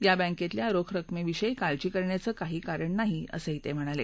या बँकेतल्या रोख रकमे विषयी काळजी करण्याचं काही कारण नाही असंही ते म्हणाले